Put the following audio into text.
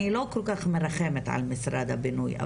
אני לא כל-כך מרחמת על משרד הבינוי,